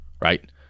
Right